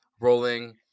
rolling